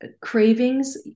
cravings